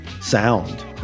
sound